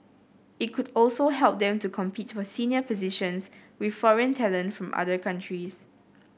it could also help them to compete for senior positions with foreign talent from other countries